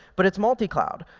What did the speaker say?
but it's multi-cloud.